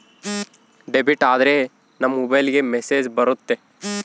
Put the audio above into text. debit ಆದ್ರೆ ನಮ್ ಮೊಬೈಲ್ಗೆ ಮೆಸ್ಸೇಜ್ ಬರುತ್ತೆ